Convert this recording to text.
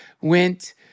went